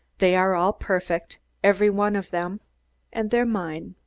they are all perfect, every one of them and they're mine.